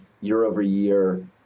year-over-year